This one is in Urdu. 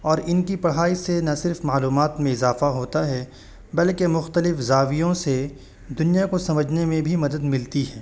اور ان کی پڑھائی سے نہ صرف معلومات میں اضافہ ہوتا ہے بلکہ مختلف زاویوں سے دنیا کو سمجھنے میں بھی مدد ملتی ہے